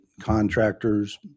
contractors